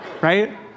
Right